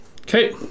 Okay